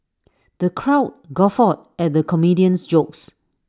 the crowd guffawed at the comedian's jokes